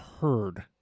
heard